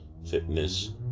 fitness